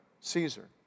Caesar